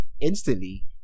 instantly